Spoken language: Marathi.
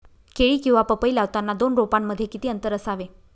केळी किंवा पपई लावताना दोन रोपांमध्ये किती अंतर असावे?